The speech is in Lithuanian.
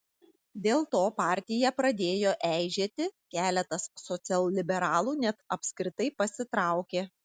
dėl to partija pradėjo eižėti keletas socialliberalų net apskritai pasitraukė